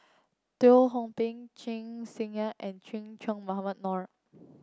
Teo Ho Pin Chen and Che Dah Mohamed Noor